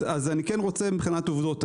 אז אני רוצה מבחינת עובדות.